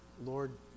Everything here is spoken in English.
Lord